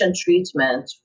treatment